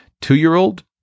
two-year-old